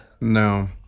No